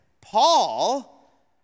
Paul